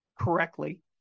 correctly